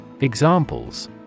Examples